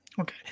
Okay